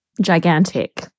gigantic